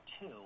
two